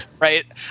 right